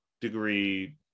degree